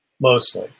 mostly